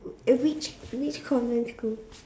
eh which which convent school